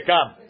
Come